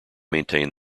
maintain